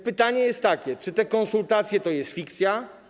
Pytania są takie: Czy te konsultacje to jest fikcja?